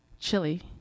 chili